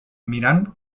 mirant